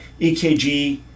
EKG